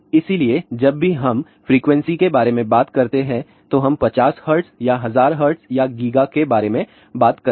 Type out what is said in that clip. इसलिए जब भी हम फ्रीक्वेंसी के बारे में बात करते हैं तो हम 50 हर्ट्ज या 1000 हर्ट्ज या गीगा के बारे में बात करते हैं